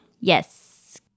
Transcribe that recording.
Yes